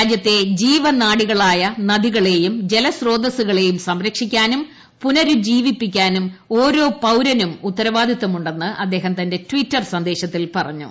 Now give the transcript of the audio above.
രാജ്യത്തെ ജീവനാഡികളായ നദികളെയും ജലസ്രോതസ്സുകളെയും സംരക്ഷിക്കാനും പുനരുജ്ജീവിപ്പിക്കാനും ഓരോ പൌരനും ഉത്തരവാദിത്വമുണ്ടെന്ന് അദ്ദേഹം തന്റെ ടിറ്റർ സന്ദേശത്തിൽ പറഞ്ഞു